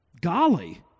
golly